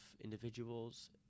individuals